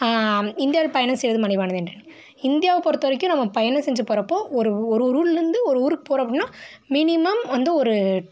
இந்தியாவில் பயணம் செய்வது மலிவானது என்று இந்தியாவை பொறுத்த வரைக்கும் நம்ம பயணம் செஞ்சு போகிறப்போ ஒரு ஒருவொரு ஊரிலேருந்து ஒரு ஊருக்கு போறோம்ன்னா மினிமம் வந்து ஒரு